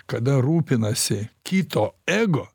kada rūpinasi kito ego